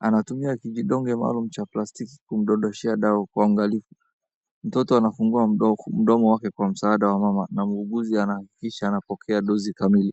Anatumia kijidonge maalum cha plastiki kumdondoshea dawa kwa angaliko. Mtoto anafungua mdomo, mdomo wake kwa msaada wa mama na muuguzi anahakikisha anapokea dozi kamili.